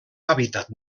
hàbitat